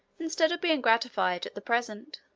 instead of being gratified at the present,